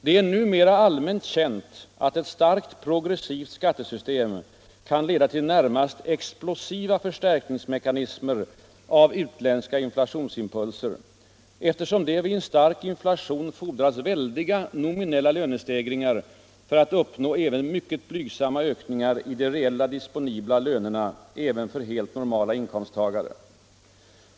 Det är numera allmänt känt att ett starkt progressivt skattesystem kan leda till närmast explosiva” förstärkningsmekanismer av utländska inflationsimpulser, eftersom det vid en stark inflation fordras väldiga nominella lönestegringar för att uppnå även mycket blygsamma ökningar i de reala disponibla lönerna även för helt normala inkomsttagare.